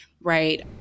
right